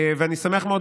אני שמח מאוד,